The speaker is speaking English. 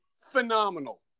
phenomenal